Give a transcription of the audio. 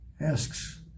Asks